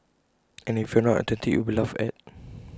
and if you are not authentic you will be laughed at